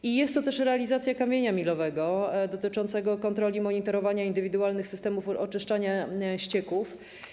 I jest to też realizacja kamienia milowego dotyczącego kontroli monitorowania indywidualnych systemów oczyszczania ścieków.